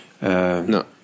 no